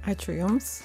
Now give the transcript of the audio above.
ačiū jums